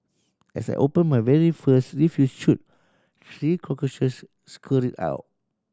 as I opened my very first refuse chute three cockroaches scurried out